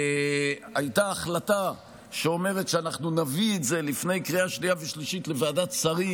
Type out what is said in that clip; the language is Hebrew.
הייתה החלטה שנביא את זה לפני קריאה שנייה ושלישית לוועדת שרים,